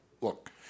look